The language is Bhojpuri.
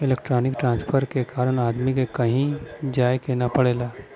इलेक्ट्रानिक ट्रांसफर के कारण आदमी के कहीं जाये के ना पड़ेला